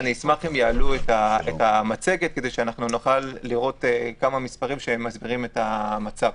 אשמח אם יעלו את המצבת כדי שנוכל לראות כמה מספרים שמסבירים את המצב.